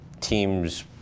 team's